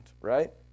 right